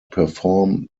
perform